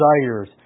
desires